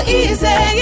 easy